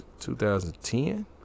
2010